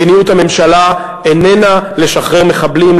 מדיניות הממשלה איננה לשחרר מחבלים,